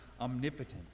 omnipotent